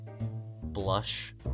blush